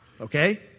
okay